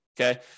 okay